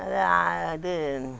இதாக இது